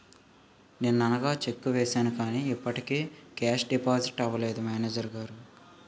నిన్ననగా చెక్కు వేసాను కానీ ఇప్పటికి కేషు డిపాజిట్ అవలేదు మేనేజరు గారు